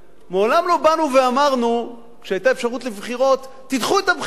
מעולם לא באנו ואמרנו כשהיתה אפשרות לבחירות: תדחו את הבחירות.